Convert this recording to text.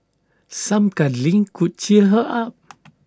some cuddling could cheer her up